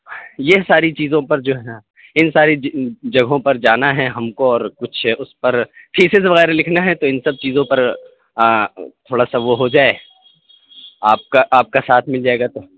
یہ ساری چیزوں پر جو ہے نا ان ساری جگہوں پر جانا ہے ہم کو اور کچھ اس پر تھیسس وغیرہ لکھنا ہے تو ان سب چیزوں پر تھوڑا سا وہ ہو جائے آپ کا آپ کا ساتھ مل جائے گا تو